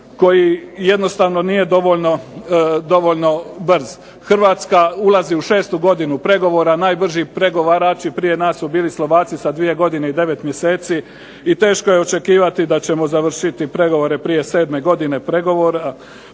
koji jednostavno nije dovoljno brz. Hrvatska ulazi u šestu godinu pregovora. Najbrži pregovarači prije nas su bili Slovaci sa dvije godine i devet mjeseci i teško je očekivati da ćemo završiti pregovore prije sedme godine pregovora.